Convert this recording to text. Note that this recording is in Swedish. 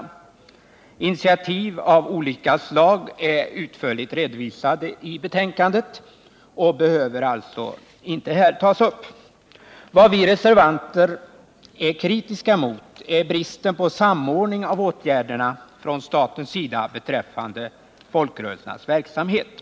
De initiativ av olika slag som har tagits är utförligt redovisade i betänkandet och behöver här inte tas upp. Vad vi reservanter är kritiska mot är bristen på samordning av återgärderna från statens sida beträffande folkrörelsernas verksamhet.